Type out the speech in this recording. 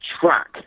track